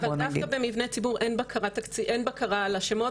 אבל דווקא במבני ציבור אין בקרה על השמות